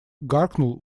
гаркнул